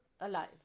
alive